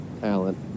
talent